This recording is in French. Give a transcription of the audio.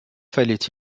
fallait